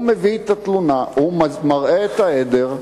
הוא מביא את התלונה, הוא מראה את העדר,